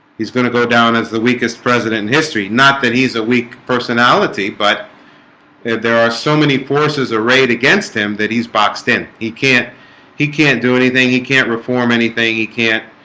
he's going to go down as the weakest president in history not that he's a weak personality but there are so many forces arrayed against him that he's boxed in he can't he can't do anything. he can't reform anything. he can't